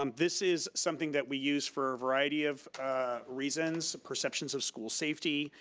um this is something that we use for a variety of reasons. perceptions of school safety,